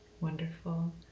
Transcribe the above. Wonderful